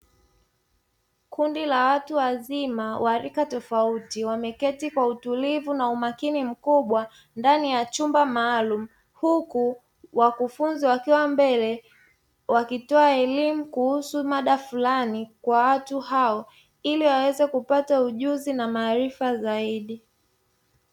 Kundi la watu wazima wa rika tofauti wameketi kwa utulivu na umakini mkubwa ndani ya chumba maalumu. Huku wakufunzi wakiwa mbele, wakitoa elimu kuhusu mada fulani kwa watu hao, ili waweze kupata ujuzi na maarifa zaidi.